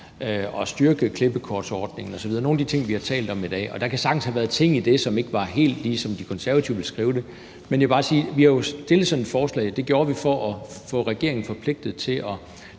og styrke klippekortordningen osv., altså nogle af de ting, vi har talt om i dag. Der kan sagtens have været ting i det, som ikke helt var, som De Konservative ville skrive det. Men jeg vil bare sige, at vi jo har fremsat sådan et forslag. Det gjorde vi for at få regeringen forpligtet til at